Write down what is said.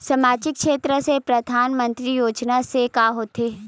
सामजिक क्षेत्र से परधानमंतरी योजना से का होथे?